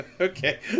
Okay